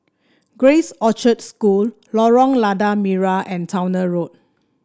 Grace Orchard School Lorong Lada Merah and Towner Road